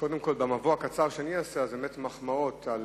קודם כול, במבוא הקצר שלי, באמת מחמאות על